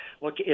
look